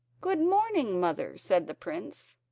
good-morning, mother said the prince.